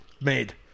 made